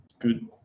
good